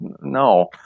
No